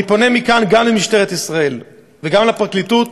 אני פונה מכאן גם למשטרת ישראל, וגם לפרקליטות,